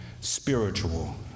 spiritual